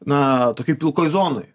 na tokioj pilkoj zonoj